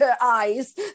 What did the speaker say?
eyes